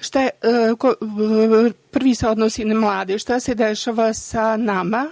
se odnosi na mlade. Šta se dešava sa nama?